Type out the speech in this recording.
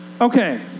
Okay